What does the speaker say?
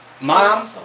Mom